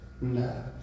No